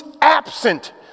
absent